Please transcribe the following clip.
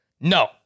No